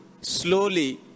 slowly